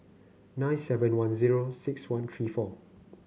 nine seven one zero six one three four